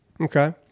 Okay